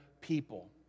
people